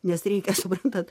nes reikia suprantat